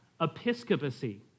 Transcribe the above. episcopacy